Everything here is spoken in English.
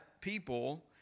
people